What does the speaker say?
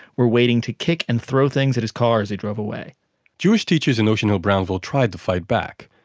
were waiting to kick and throw things at his car as he drove away jewish teachers in ocean hill-brownville tried to fight back.